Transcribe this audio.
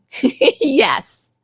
Yes